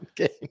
Okay